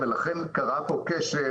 ולכן קרה פה כשל